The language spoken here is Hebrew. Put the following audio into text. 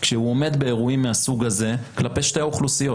כשהוא עומד באירועים מהסוג הזה כלפי שתי האוכלוסיות,